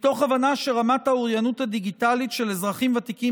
מתוך הבנה שרמת האוריינות הדיגיטלית של אזרחים ותיקים